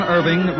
Irving